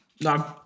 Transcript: No